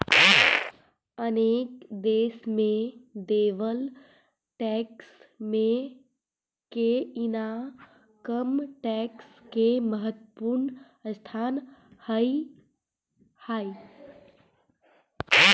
अनेक देश में देवल टैक्स मे के इनकम टैक्स के महत्वपूर्ण स्थान रहऽ हई